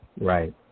Right